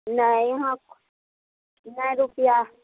नहि इहाँ नहि रुपैआ